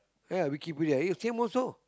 ya Wikipedia he same also